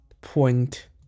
point